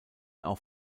auf